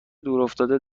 دورافتاده